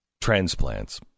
transplants